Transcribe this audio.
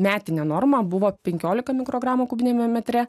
metinė norma buvo penkiolika mikrogramų kubiniame metre